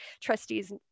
trustees